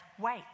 wait